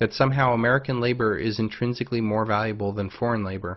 that somehow american labor is intrinsically more valuable than foreign labor